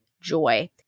joy